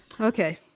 Okay